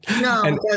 No